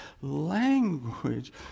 language